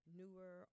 newer